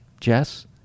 Jess